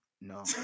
No